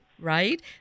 right